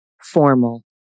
formal